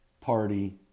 party